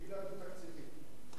וילה דו-תקציבית.